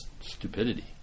stupidity